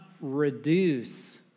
reduce